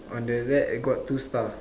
on the left uh got two star